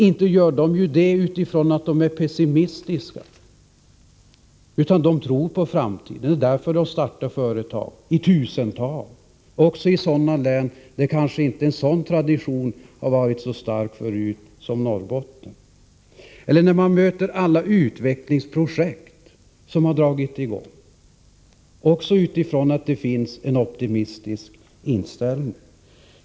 Inte gör de det, om de är pessimistiska, utan de tror på framtiden. Därför startar de företag i tusental också i sådana län där traditionen inte är lika stark som i Norrbotten. Man möter alla utvecklingsprojekt som har dragits i gång, eftersom det finns en optimistisk inställning.